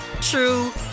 true